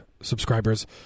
subscribers